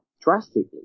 drastically